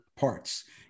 parts